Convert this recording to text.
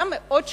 היה מאוד שקט.